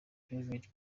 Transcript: private